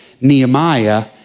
Nehemiah